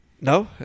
No